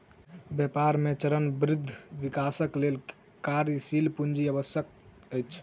व्यापार मे चरणबद्ध विकासक लेल कार्यशील पूंजी आवश्यक अछि